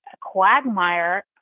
quagmire